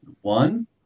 One